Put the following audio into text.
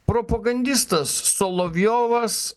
propagandistas solovjovas